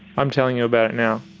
i'm telling you about now.